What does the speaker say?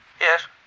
Yes